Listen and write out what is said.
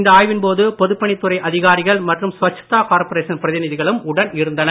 இந்த ஆய்வின்போது பொதுப் பணித் துறை அதிகாரிகள் மற்றும் ஸ்வச்தா கார்ப்பரேஷன் பிரதிநிதிகளும் உடன் இருந்தனர்